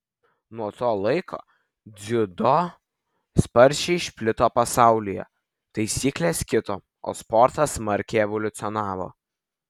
nuo to laiko dziudo sparčiai išplito pasaulyje taisyklės kito o sportas smarkiai evoliucionavo